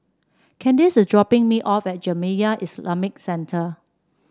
Candice is dropping me off at Jamiyah Islamic Centre